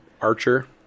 Archer